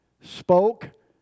spoke